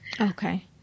okay